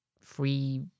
free